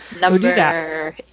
Number